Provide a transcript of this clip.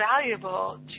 valuable